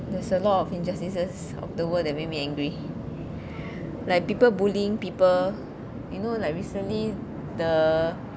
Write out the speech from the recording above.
there's a lot of injustices of the world that make me angry like people bullying people you know like recently the